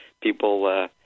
people